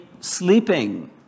sleeping